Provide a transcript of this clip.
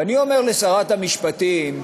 ואני אומר לשרת המשפטים,